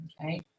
okay